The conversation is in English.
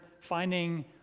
finding